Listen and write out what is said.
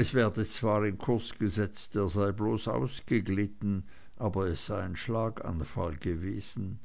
es werde zwar in kurs gesetzt er sei bloß ausgeglitten aber es sei ein schlaganfall gewesen